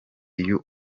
you